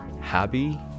happy